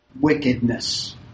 wickedness